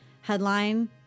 headline